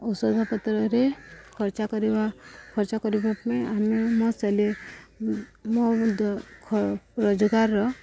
ଔଷଧପତ୍ରରେ ଖର୍ଚ୍ଚ କରିବା ଖର୍ଚ୍ଚ କରିବା ପାଇଁ ଆମେ ମୋ ମୋ ରୋଜଗାରର